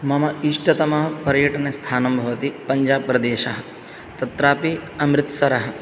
मम इष्टतमपर्यटनस्थानम् भवति पञ्जाब् प्रदेशः तत्रापि अमृत्सरः